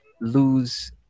lose